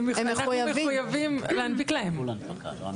אנחנו מחויבים להנפיק להם.